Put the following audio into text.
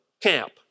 camp